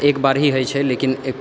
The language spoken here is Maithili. एकबार हि होइ छै लेकिन एक